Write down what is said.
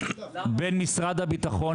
עונים לשאלה מהו שיקום?